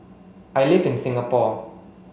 I live in Singapore